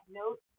note